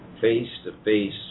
face-to-face